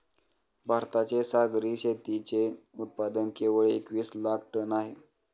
भारताचे सागरी शेतीचे उत्पादन केवळ एकवीस लाख टन आहे